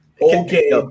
Okay